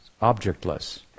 objectless